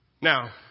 Now